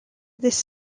this